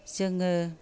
जोङो